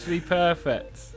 perfect